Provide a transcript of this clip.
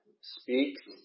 speaks